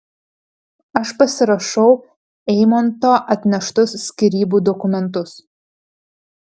aš pasirašau eimanto atneštus skyrybų dokumentus